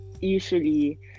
usually